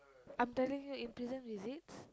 I'm telling you in prison visits